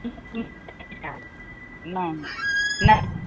नहीं ना नहीं